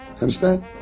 Understand